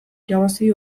irabazi